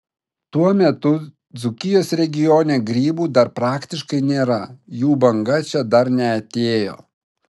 tuo metu dzūkijos regione grybų dar praktiškai nėra jų banga čia dar neatėjo